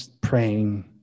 praying